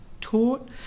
taught